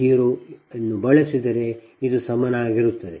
0 ಅನ್ನು ಬಳಸಿದರೆ ಇದು ಸಮನಾಗಿರುತ್ತದೆ